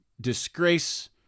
disgrace